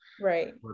Right